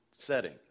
setting